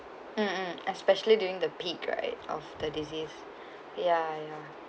mm especially during the peak right of the disease ya ya